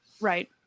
Right